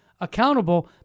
accountable